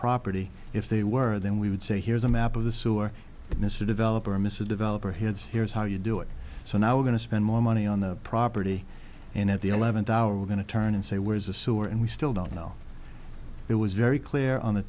property if they were then we would say here's a map of the sewer mr developer mr developer here's here's how you do it so now we're going to spend more money on the property and at the eleventh hour we're going to turn and say where's the sewer and we still don't know it was very clear on the